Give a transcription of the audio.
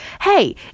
hey